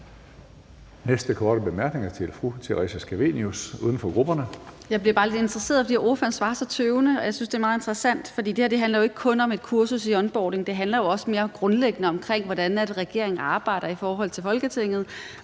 Næste korte bemærkning er til fru Theresa Scavenius, uden for grupperne. Kl. 14:02 Theresa Scavenius (UFG): Jeg blev bare lidt interesseret, fordi ordføreren svarer så tøvende, og jeg synes, det er meget interessant, for det her handler jo ikke kun om et kursus i onboarding. Det handler også mere grundlæggende om, hvordan regeringen arbejder i forhold til Folketinget,